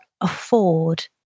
afford